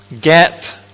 Get